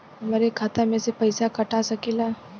हमरे खाता में से पैसा कटा सकी ला?